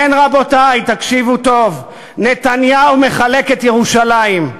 כן, רבותי, תקשיבו טוב: נתניהו מחלק את ירושלים.